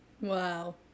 Wow